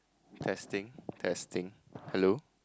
testing testing hello